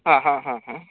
आ हा हा हा